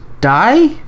die